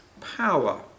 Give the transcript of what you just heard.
power